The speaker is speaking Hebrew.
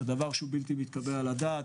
זה דבר שהוא בלתי מתקבל על הדעת.